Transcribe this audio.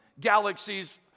galaxies